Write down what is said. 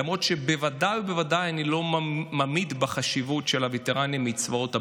למרות שבוודאי ובוודאי אני לא ממעיט בחשיבות של הווטרנים מצבאות הברית.